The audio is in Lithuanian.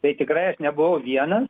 tai tikrai aš nebuvau vienas